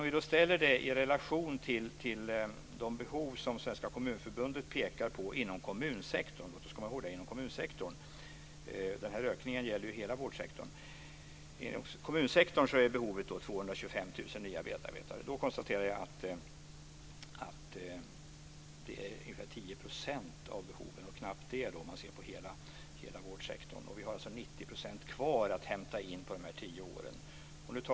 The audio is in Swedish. Vi kan ställa det i relation till de behov som Svenska Kommunförbundet pekar på inom kommunsektorn. Låt oss komma ihåg att det gäller kommunsektorn, för den här ökningen gäller ju hela vårdsektorn. Inom kommunsektorn är behovet 225 000 nya medarbetare. Jag konstaterar att ökningen motsvarar ungefär 10 % av behoven, och knappt det om man ser på hela vårdsektorn. Vi har alltså 90 % kvar att hämta in på de här tio åren.